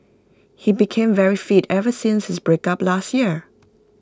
he became very fit ever since his breakup last year